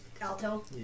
Alto